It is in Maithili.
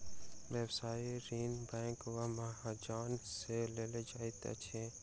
व्यवसायिक ऋण बैंक वा महाजन सॅ लेल जाइत अछि